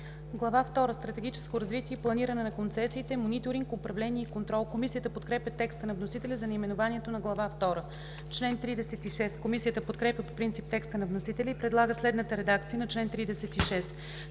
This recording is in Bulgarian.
„Глава втора –Стратегическо развитие и планиране на концесиите. Мониторинг, управление и контрол“. Комисията подкрепя текста на вносителя за наименованието на Глава втора. Комисията подкрепя по принцип текста на вносителя и предлага следната редакция на чл. 36: